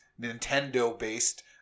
Nintendo-based